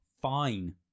fine